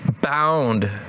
bound